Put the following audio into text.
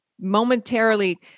momentarily